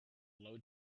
low